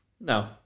No